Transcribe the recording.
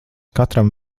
katram